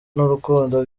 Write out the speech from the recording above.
n’urukundo